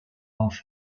auf